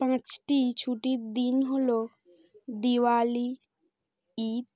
পাঁচটি ছুটির দিন হলো দিওয়ালি ঈদ